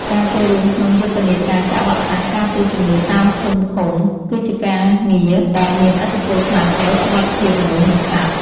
ការចូលរួមក្នុងយុទ្ធនាការចាក់វ៉ាក់សាំងការពារជំងឺតាមភូមិឃុំ គឺជាការងារដែលមានឥទ្ធិពលខ្លាំងដល់សុវត្ថិភាពមនុស្ស និងសត្វ។